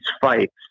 fights